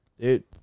dude